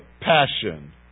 passion